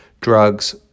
drugs